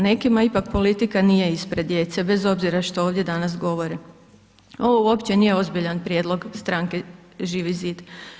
Nekima ipak politika nije ispred djece, bez obzira što ovdje danas govore. ovo uopće nije ozbiljan prijedlog stranke Živi zid.